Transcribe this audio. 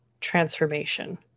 transformation